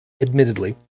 admittedly